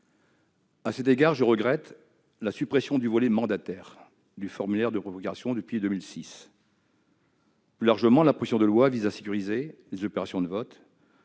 À cet égard, je regrette la suppression du volet « mandataire » du formulaire de procuration depuis 2006. Plus largement, la proposition de loi vise à sécuriser les opérations de vote.